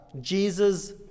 Jesus